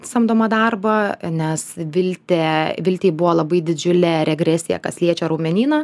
samdomą darbą nes viltė viltei buvo labai didžiule regresija kas liečia raumenyną